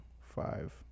five